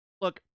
Look